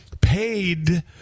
paid